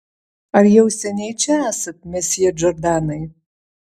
ar jau seniai čia esat mesjė džordanai